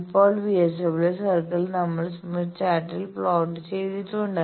ഇപ്പോൾ VSWR circle നമ്മൾ Smith ചാർട്ടിൽ പ്ലോട്ട് ചെയ്തിട്ടുണ്ട്